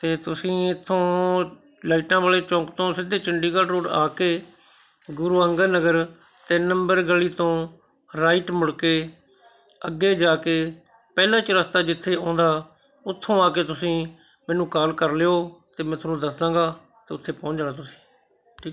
ਅਤੇ ਤੁਸੀਂ ਇੱਥੋਂ ਲਾਈਟਾਂ ਵਾਲੇ ਚੌਂਕ ਤੋਂ ਸਿੱਧੇ ਚੰਡੀਗੜ੍ਹ ਰੋਡ ਆ ਕੇ ਗੁਰੂ ਅੰਗਦ ਨਗਰ ਤਿੰਨ ਨੰਬਰ ਗਲ਼ੀ ਤੋਂ ਰਾਈਟ ਮੁੜ ਕੇ ਅੱਗੇ ਜਾ ਕੇ ਪਹਿਲਾ ਹੀ ਚੁਰਸਤਾ ਜਿੱਥੇ ਆਉਂਦਾ ਉੱਥੋਂ ਆ ਕੇ ਤੁਸੀਂ ਮੈਨੂੰ ਕਾਲ ਕਰ ਲਿਓ ਅਤੇ ਮੈਂ ਤੁਹਾਨੂੰ ਦੱਸਦਾਂਗਾ ਅਤੇ ਉੱਥੇ ਪਹੁੰਚ ਜਾਣਾ ਤੁਸੀਂ ਠੀਕ